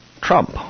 Trump